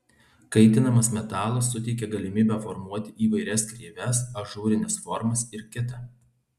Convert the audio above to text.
kaitinamas metalas suteikia galimybę formuoti įvairias kreives ažūrines formas ir kita